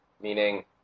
Meaning